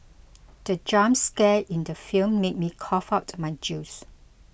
the jump scare in the film made me cough out my juice